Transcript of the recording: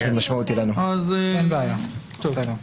אין בעיה, בסדר.